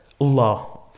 Allah